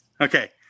Okay